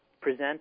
present